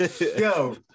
Yo